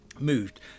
moved